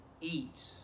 eat